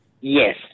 Yes